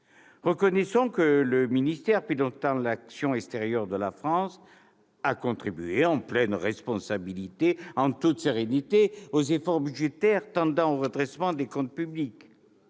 Reconnaissons que le ministère pilotant l'action extérieure de la France a contribué, en pleine responsabilité, en toute sérénité, aux efforts budgétaires tendant au redressement des comptes publics.